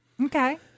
Okay